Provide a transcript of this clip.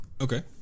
Okay